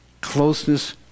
closeness